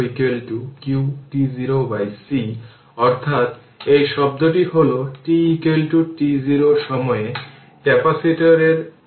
সুতরাং এইভাবে ক্যাপাসিটর হল একটি খোলা সার্কিট যা DC এ ফিক্সড থাকে যখন স্যুইচ করার সময় ফিক্সড থাকে না অন্যভাবে স্যুইচ করার সময় সুইচিং হয় কিন্তু এইভাবে একটি ক্যাপাসিটর হল DC এর ওপেন সার্কিট